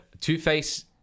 Two-Face